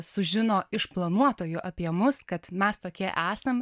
sužino iš planuotojų apie mus kad mes tokie esam